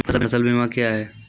फसल बीमा क्या हैं?